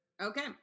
Okay